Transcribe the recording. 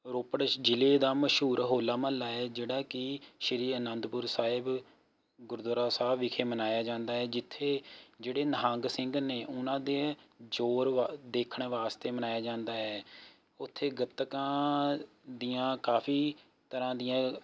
ਰੋਪੜ ਸ਼ ਜ਼ਿਲ੍ਹੇ ਦਾ ਮਸ਼ਹੂਰ ਹੋਲਾ ਮਹੱਲਾ ਹੈ ਜਿਹੜਾ ਕਿ ਸ਼੍ਰੀ ਅਨੰਦਪੁਰ ਸਾਹਿਬ ਗੁਰਦੁਆਰਾ ਸਾਹਿਬ ਵਿਖੇ ਮਨਾਇਆ ਜਾਂਦਾ ਹੈ ਜਿੱਥੇ ਜਿਹੜੇ ਨਿਹੰਗ ਸਿੰਘ ਨੇ ਉਹਨਾਂ ਦੇ ਜ਼ੋਰ ਵ ਦੇਖਣ ਵਾਸਤੇ ਮਨਾਇਆ ਜਾਂਦਾ ਹੈ ਉੱਥੇ ਗੱਤਕਾਂ ਦੀਆਂ ਕਾਫੀ ਤਰ੍ਹਾਂ ਦੀਆਂ